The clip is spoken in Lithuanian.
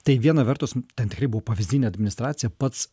tai viena vertus ten tikrai buvo pavyzdinė administracija pats